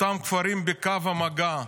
אותם כפרים בקו המגע,